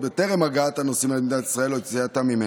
טרם הגעת הנוסעים למדינת ישראל או יציאתם ממנה.